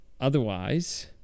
otherwise